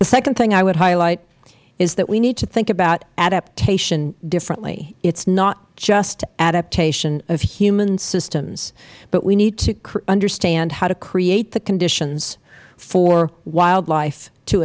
the second thing i would highlight is that we need to think about adaptation differently it is not just the adaptation of human systems but we need to understand how to create the conditions for wildlife to